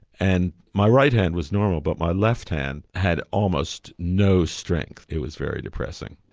and my right hand was normal but my left hand had almost no strength, it was very depressing.